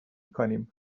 کنیم